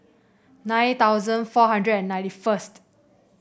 nine thousand four hundred and ninety first